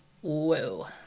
Whoa